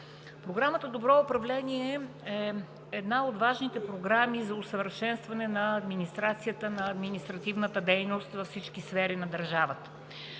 Програмата „Добро управление“ е една от важните програми за усъвършенстване на администрацията, на административната дейност във всички сфери на държавата.